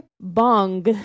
bong